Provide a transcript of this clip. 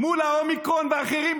מול האומיקרון ואחרים,